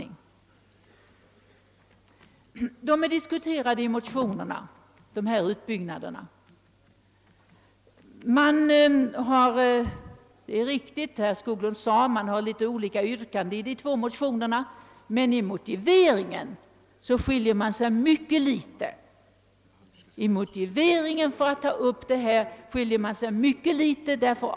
Utbyggnadsprojekten behandlas i motionerna. Det är riktigt som herr Skoglund säger att yrkandena i de två motionsparen är något olika, men i motiveringen skiljer det inte mycket.